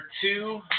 two